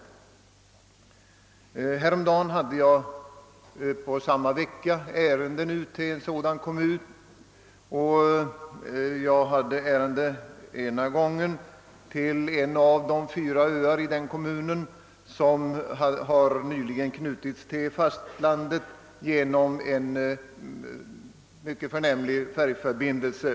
För en tid sedan hade jag under samma vecka ärende till två öar i en sådan kommun. Ena gången gällde det en av de fyra öar i kommunen, som nyligen knutits till fastlandet genom en färjförbindelse.